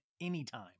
anytime